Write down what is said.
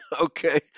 okay